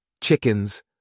chickens